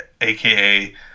aka